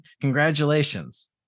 congratulations